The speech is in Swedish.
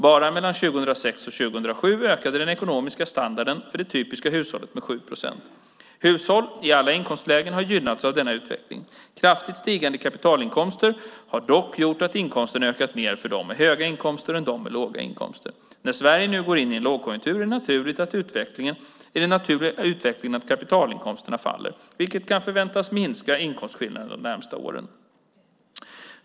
Bara mellan 2006 och 2007 ökade den ekonomiska standarden för det typiska hushållet med 7 procent. Hushåll i alla inkomstlägen har gynnats av denna utveckling. Kraftigt stigande kapitalinkomster har dock gjort att inkomsterna ökat mer för de med höga inkomster än för de med låga. När Sverige nu går in i en lågkonjunktur är den naturliga utvecklingen att kapitalinkomsterna faller, vilket kan förväntas minska inkomstskillnaderna under de närmaste åren.